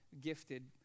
gifted